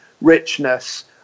richness